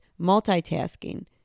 multitasking